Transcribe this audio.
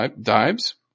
dives